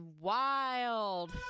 wild